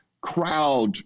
crowd